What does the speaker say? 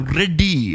ready